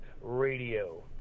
Radio